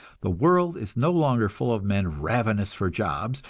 the world is no longer full of men ravenous for jobs,